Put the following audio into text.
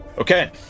Okay